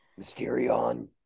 mysterion